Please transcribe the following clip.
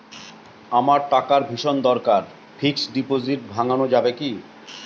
আমার টাকার ভীষণ দরকার ফিক্সট ডিপোজিট ভাঙ্গানো যাবে কি?